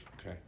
Okay